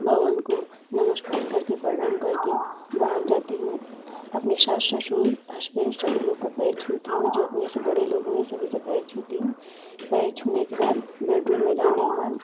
भगवान को नमस्कार करके प्रणाम करके बाहर जाती हूँ अपने सास ससुर हसबेंड सभी लोग का पैर छूती हूँ जो अपने से बड़े लोगों है सभी का पैर छूती हूँ पैर छूने के बाद बेडरूम में जाने के बाद